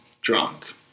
drunk